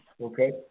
Okay